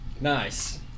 Nice